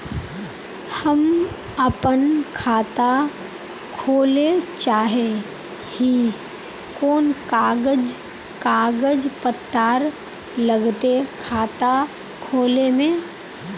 हम अपन खाता खोले चाहे ही कोन कागज कागज पत्तार लगते खाता खोले में?